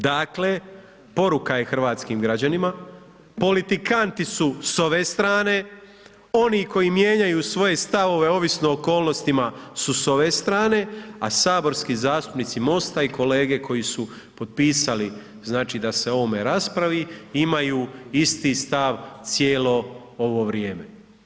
Dakle, poruka je hrvatskim građanima, politikanti su s ove strane, oni koji mijenjaju svoje stavove ovisno o okolnostima su s ove strane, a saborski zastupnici MOST-a i kolege koji su potpisali znači da se o ovome raspravi imaju isti stav cijelo ovo vrijeme.